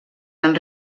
han